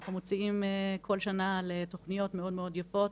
שאנחנו מוציאים כל שנה על תוכניות מאוד יפות